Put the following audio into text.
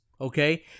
Okay